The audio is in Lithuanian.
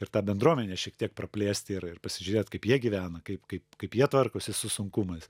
ir tą bendruomenę šiek tiek praplėst ir ir pasižiūrėt kaip jie gyvena kaip kaip kaip jie tvarkosi su sunkumais